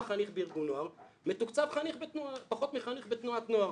חניך בארגון נוער מתוקצב פחות מחניך בתנועת נוער.